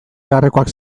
beharrekoak